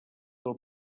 del